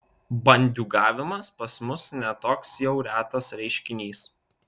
bandiūgavimas pas mus ne toks jau retas reiškinys